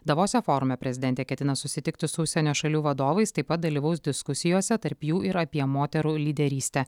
davose forume prezidentė ketina susitikti su užsienio šalių vadovais taip pat dalyvaus diskusijose tarp jų ir apie moterų lyderystę